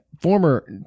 former